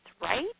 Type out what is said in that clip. right